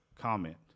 comment